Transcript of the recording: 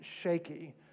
shaky